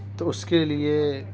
تو اس کے لیے